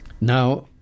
Now